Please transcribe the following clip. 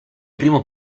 primo